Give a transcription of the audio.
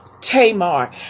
Tamar